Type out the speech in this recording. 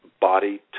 body